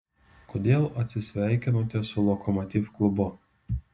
kodėl atsisveikinote su lokomotiv klubu